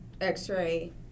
x-ray